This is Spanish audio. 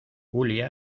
julia